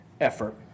effort